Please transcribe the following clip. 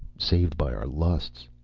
saved by our lusts.